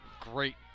great